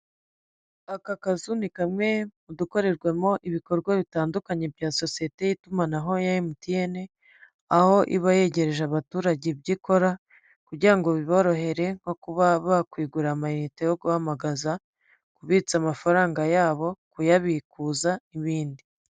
Aka kazu ni kamwe mu dukorerwamo ibikorwa itandukanye bya sosiyete y'itumanaho ya MTN, aho iba yegereje abaturage ibyo ikora kugira ngo biborohere nko kuba bakigurira amayinite yo guhamagaza, kubitsa amafaranga, kuyabikuza n'ibindi.